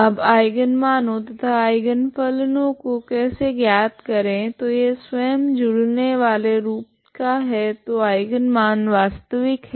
अब आइगनमानो तथा आइगन फलनों को कैसे ज्ञात करे तो यह स्वयं जुडने वाले रूप का है तो आइगन मान वास्तविक है